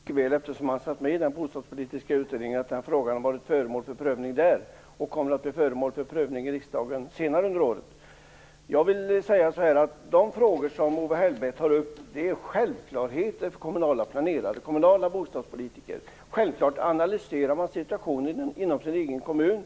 Fru talman! Eftersom Owe Hellberg satt med i Bostadspolitiska utredningen vet han mycket väl att den frågan varit föremål för prövning där. Frågan kommer att bli föremål för prövning också i riksdagen senare i år. De frågor som Owe Hellberg tar upp är självklarheter för kommunala planerare och kommunala bostadspolitiker. Självklart analyserar man situationen i den egna kommunen.